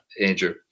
Andrew